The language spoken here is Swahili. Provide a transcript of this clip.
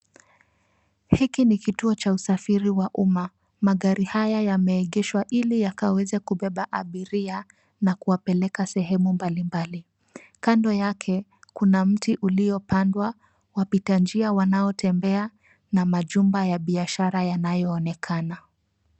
Hiki ni kituo cha usafiri wa umma. Magari haya yameegeshwa ili yakaweze kubeba abiria na kuwapeleka sehemu mbalimbali. Kando yake kuna mti uliopandwa, wapita njia wanaotembea na majumba ya biashara yanayoonekana.